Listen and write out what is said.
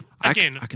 again